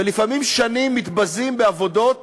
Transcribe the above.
ולפעמים שנים הם מתבזים בעבודות